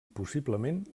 possiblement